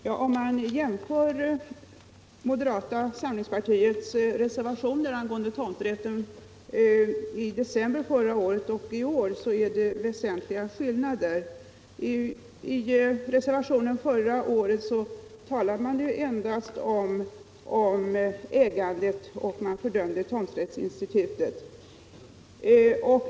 Herr talman! Om vi jämför moderata samlingspartiets reservationer angående tomträtten i december förra året och nu, finner vi att det är väsentliga skillnader. I reservationen förra året talade man om äganderätt och fördömde tomträttsinstitutet.